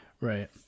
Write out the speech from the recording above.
Right